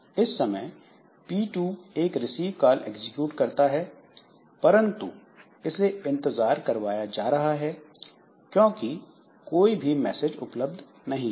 इस समय P2 एक रिसीव कॉल एग्जीक्यूट करता है परंतु इसे इंतजार करवाया जा रहा है क्योंकि कोई भी मैसेज उपलब्ध नहीं है